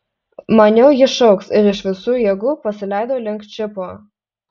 maniau kad ji šauks ir iš visų jėgų pasileidau link džipo